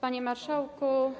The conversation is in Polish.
Panie Marszałku!